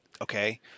okay